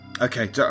Okay